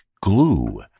Glue